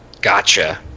Gotcha